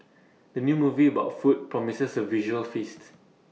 the new movie about food promises A visual feast